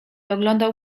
oglądał